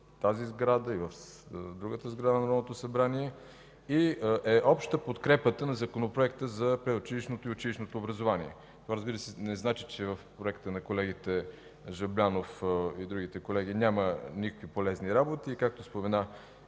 тази сграда, и в другата сграда на Народното събрание, и е обща подкрепата на Законопроекта за предучилищното и училищното образование. Това не значи, че в Проекта на колегата Жаблянов и другите колеги няма никакви полезни работи, и както спомена